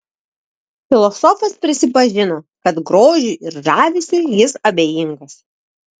filosofas prisipažino kad grožiui ir žavesiui jis abejingas